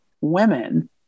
women